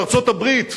של ארצות-הברית,